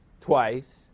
twice